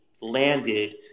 landed